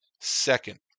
second